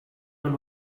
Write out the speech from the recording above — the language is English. and